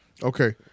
Okay